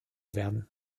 werden